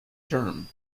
term